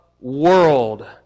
world